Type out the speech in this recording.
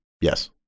Yes